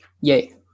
yay